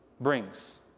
brings